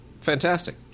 Fantastic